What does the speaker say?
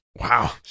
Wow